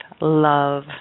love